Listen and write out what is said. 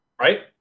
Right